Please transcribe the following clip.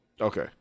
Okay